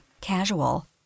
casual